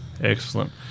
Excellent